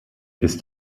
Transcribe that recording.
ist